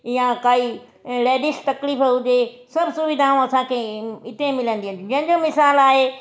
या काइ लेडिस तकलीफ़ हुजे सभु सुविधाऊं असांखे इते मिलंदियूं जंहिंजो मिसालु आहे